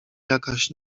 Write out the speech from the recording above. jakaś